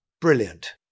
brilliant